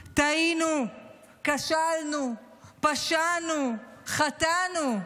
טעינו, כשלנו, פשענו, חטאנו,